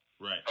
Right